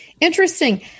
interesting